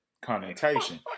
connotation